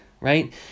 right